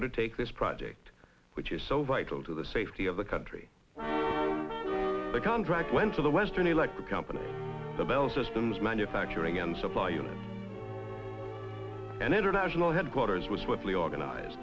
undertake this project which is so vital to the safety of the country the contract went to the western electric company the bell systems manufacturing and supply unit and international headquarters was swiftly organized